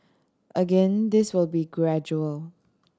again this will be gradual